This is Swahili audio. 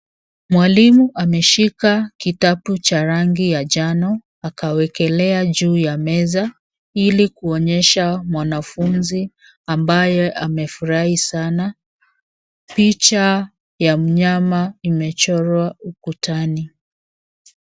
Mwalimu ameshika kitabu cha rangi ya njano. Akawekelea juu ya meza, ili kuonyesha mwanafunzi ambaye amefurahi sana, picha ya mnyama imechorwa ukutani.